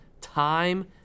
time